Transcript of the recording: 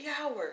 hours